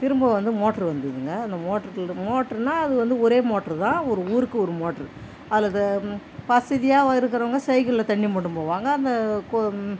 திரும்ப வந்து மோட்ரு வந்துதுங்க அந்த மோட்ரு மோட்ருன்னா அது வந்து ஒரே மோட்ரு தான் ஒரு ஊருக்கு ஒரு மோட்ரு அதில் த வசதியாக இருக்கிறவுங்க சைக்கிளில் தண்ணி மொண்டு போவாங்க அந்த கு